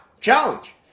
challenge